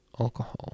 alcohol